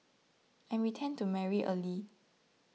and we tend to marry early